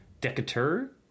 Decatur